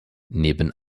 neben